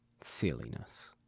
silliness